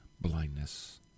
blindness